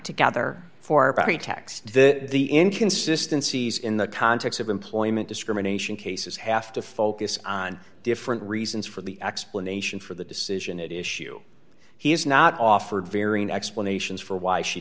together for pretext that the inconsistency is in the context of employment discrimination cases have to focus on different reasons for the explanation for the decision it is shoe he has not offered varying explanations for why she